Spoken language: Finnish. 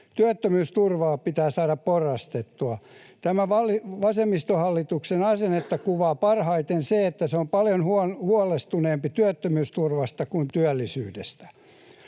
Työttömyysturvaa pitää saada porrastettua. Tämän vasemmistohallituksen asennetta kuvaa parhaiten se, että se on paljon huolestuneempi työttömyysturvasta kuin työllisyydestä.